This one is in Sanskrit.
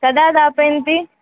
कदा दापयन्ति